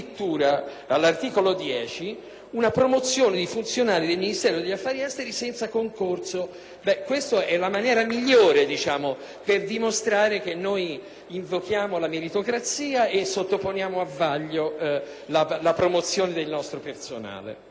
una promozione di funzionari del Ministero degli affari esteri senza concorso: questa è la maniera migliore per dimostrare che noi invochiamo la meritocrazia e sottoponiamo a vaglio la promozione del nostro personale.